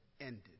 ended